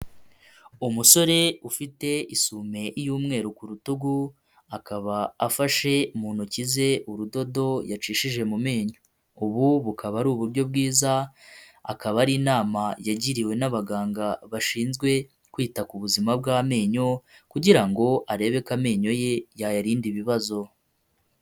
Umusore ufite isume y'umweru ku rutugu, akaba afashe mu ntoki ze urudodo yacishije mu menyo, ubu bukaba ari uburyo bwiza, akaba ari inama yagiriwe n'abaganga bashinzwe kwita ku buzima bw'amenyo, kugira ngo arebe ko amenyo ye yayarinda ibibazo.